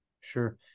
Sure